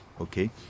Okay